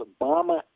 Obama